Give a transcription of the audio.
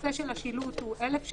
והנושא של השילוט זה 1,000 ש"ח,